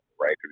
right